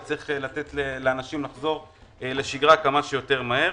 וצריך לתת לאנשים לחזור לשגרה כמה שיותר מהר.